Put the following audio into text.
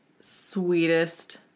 sweetest